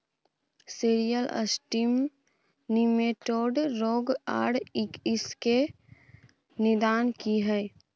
Cereal cyst nematode रोग आर इसके निदान की हय?